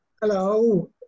hello